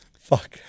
Fuck